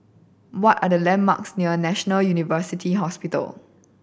what are the landmarks near National University Hospital